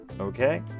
okay